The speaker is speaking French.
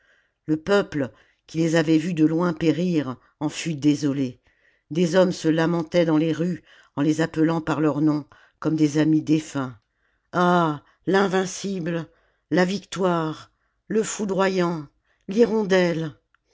le peuple qui les avait vys de loin périr en fut désolé des hommes se lamentaient dans les rues en les appelant par leurs noms comme des amis défunts ah l'invincible la victoire le foudroyant l'hirondelle